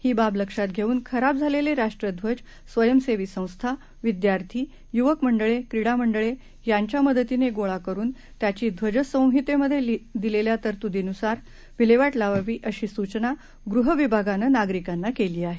ही बाब लक्षात घेऊन खराब झालेले राष्ट्रध्वज स्वयंसेवी संस्था विद्यार्थी युवक मंडळे क्रीडा मंडळे यांच्या मदतीनं गोळा करुन त्याची ध्वजसंहिमध्ये दिलेल्या तरतुदीनुसार विल्हेवाट लावावी अशी सूचना गृह विभागानं नागरिकांना केली आहे